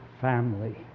family